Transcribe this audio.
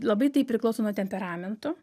labai tai priklauso nuo temperamento